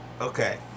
Okay